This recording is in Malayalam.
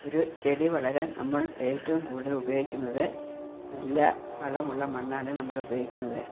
ഒരു ചെടി വളരാൻ നമ്മൾ ഏറ്റവും കൂടുതൽ ഉപയോഗിക്കുന്നത് നല്ല വളമുള്ള മണ്ണാണ് നമ്മൾ ഉപയോഗിക്കുന്നത്